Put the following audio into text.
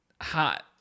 Hot